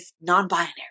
non-binary